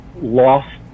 lost